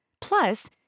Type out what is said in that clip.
Plus